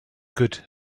good